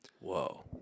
Whoa